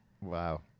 Wow